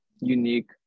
unique